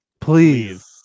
Please